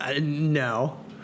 no